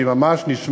כי היא ממש נשמעת